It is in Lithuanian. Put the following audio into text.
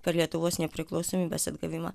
per lietuvos nepriklausomybės atgavimą